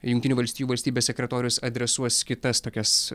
jungtinių valstijų valstybės sekretorius adresuos kitas tokias